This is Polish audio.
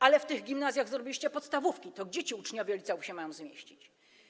Ale w tych gimnazjach zrobiliście podstawówki, to gdzie uczniowie liceów się mają zmieścić?